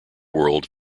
world